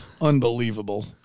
unbelievable